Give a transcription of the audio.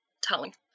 telling